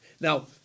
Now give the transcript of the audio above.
Now